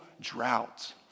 drought